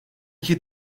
iki